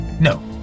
No